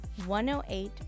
108